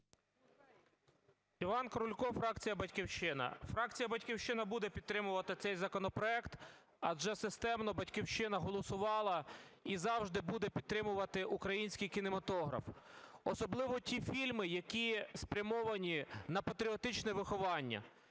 Іван Крулько, фракція "Батьківщина". Фракція "Батьківщина" буде підтримувати цей законопроект, адже системно "Батьківщина" голосувала і завжди буде підтримувати український кінематограф, особливо ті фільми, які спрямовані на патріотичне виховання.